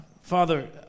Father